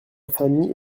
famille